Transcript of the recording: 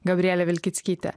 gabrielė vilkickytė